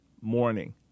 morning